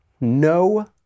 No